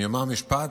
אני אומר משפט